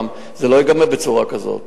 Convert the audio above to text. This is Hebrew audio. זה לא ייגמר בצורה כזאת.